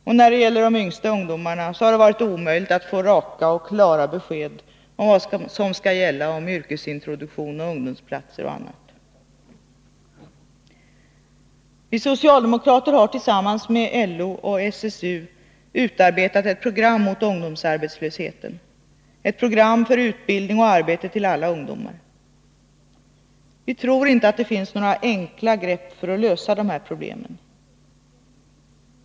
Och när det gäller de yngsta av ungdomarna har det varit omöjligt att få raka och klara besked om vad som skall gälla om yrkesintroduktion, ungdomsplatser och annat. Vi socialdemokrater har tillsammans med LO och SSU utarbetat ett program mot ungdomsarbetslösheten, ett program för utbildning och arbete till alla ungdomar. Vi tror inte att det finns några enkla grepp för att lösa de här problemen.